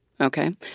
Okay